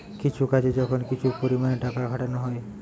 কিছু কাজে যখন কিছু পরিমাণে টাকা খাটানা হয়